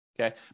okay